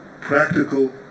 practical